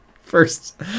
first